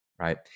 Right